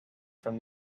from